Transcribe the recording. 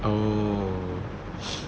oh